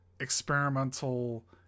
experimental